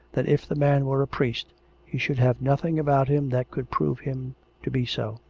that if the man were a priest he should have nothing about him that could prove him to be so.